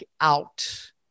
out